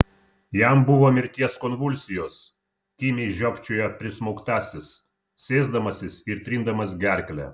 jam buvo mirties konvulsijos kimiai žiopčiojo prismaugtasis sėsdamasis ir trindamas gerklę